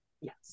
yes